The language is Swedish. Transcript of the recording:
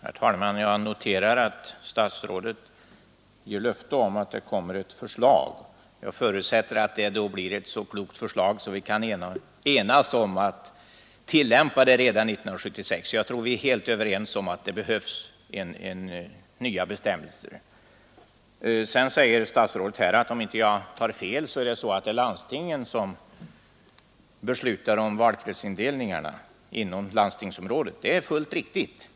Herr talman! Jag noterar statsrådets löfte att ett förslag kommer att framläggas, och då förutsätter jag att det förslaget blir så klokt att vi kan enas om att tillämpa det redan 1976. Jag tror att vi är helt överens om att det behövs nya bestämmelser. Om jag inte tar fel, sade statsrådet, är det landstingen som beslutar om valkretsindelningarna inom landstingsområdet. Det är helt riktigt.